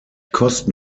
kosten